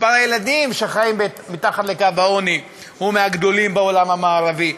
שמספר הילדים שחיים מתחת לקו העוני הוא מהגדולים בעולם המערבי,